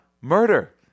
murder